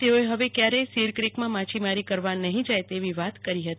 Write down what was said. તેઓઓ હવે ક્યારેય સિર ક્રીકમાં માછીમારી કરવા નહી જાય તેવી વાત કહી હતી